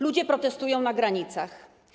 Ludzie protestują na granicach.